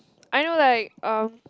I know like um